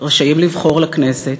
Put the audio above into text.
רשאים לבחור לכנסת,